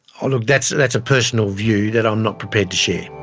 ah look, that's that's a personal view that i'm not prepared to share.